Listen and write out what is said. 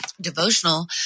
devotional